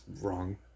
wrong